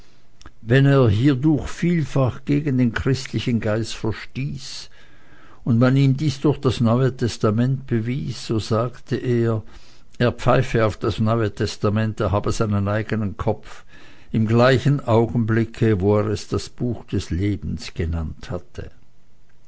wenn er hiedurch vielfach gegen den christlichen geist verstieß und man ihm dies durch das neue testament bewies so sagte er er pfeife auf das neue testament er habe seinen eigenen kopf im gleichen augenblicke wo er es das buch des lebens genannt hatte